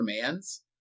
commands